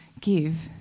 give